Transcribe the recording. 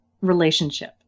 relationship